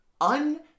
un